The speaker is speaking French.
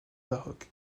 baroque